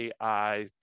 AI